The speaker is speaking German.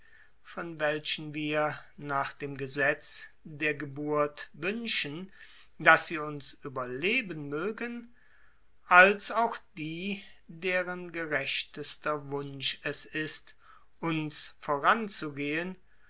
von welchen wir nach dem gesetz der geburt wünschen daß sie uns überleben mögen als auch die deren gerechtester wunsch es ist uns voranzugehen